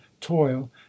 toil